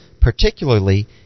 particularly